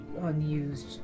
unused